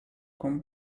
con